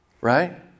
right